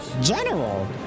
General